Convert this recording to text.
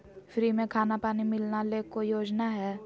Free में खाना पानी मिलना ले कोइ योजना हय?